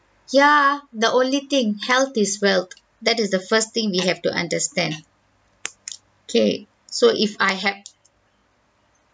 yeah the only thing health is wealth that is the first thing we have to understand okay so if I had